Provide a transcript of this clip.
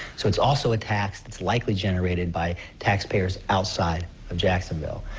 so it's also a tax that's likely generated by tax payers outside of jacksonville.